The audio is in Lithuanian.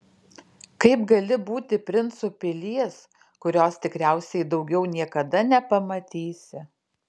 kaip gali būti princu pilies kurios tikriausiai daugiau niekada nepamatysi